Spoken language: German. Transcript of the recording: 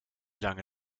lange